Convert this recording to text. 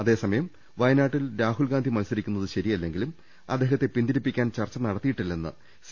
അതേസമയം വയനാട്ടിൽ രാഹുൽഗാന്ധി മത്സരിക്കുന്നത് ശരിയല്ലെങ്കിലും അദ്ദേഹത്തെ പിന്തിരിപ്പിക്കാൻ ചർച്ച നട ത്തിയിട്ടില്ലെന്ന് സി